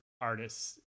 artists